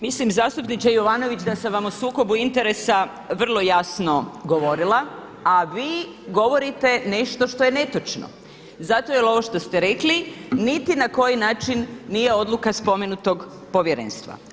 Mislim zastupniče Jovanović da sam vam o sukobu interesa vrlo jasno govorila, a vi govorite nešto što je netočno zato jer ovo što ste rekli niti na koji način nije odluka spomenutog povjerenstva.